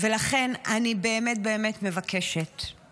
לכן אני באמת באמת מבקשת,